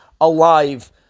Alive